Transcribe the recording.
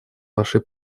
вашей